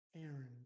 Aaron